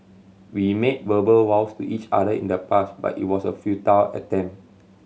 we made verbal vows to each other in the past but it was a futile attempt